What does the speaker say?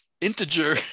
integer